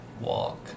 walk